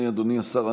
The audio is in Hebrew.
אדוני השר,